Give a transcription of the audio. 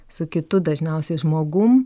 su kitu dažniausiai žmogum